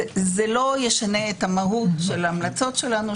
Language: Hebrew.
בארצות הברית היינו במצב הזה,